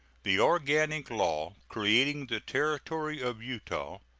the organic law creating the territory of utah,